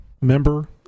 member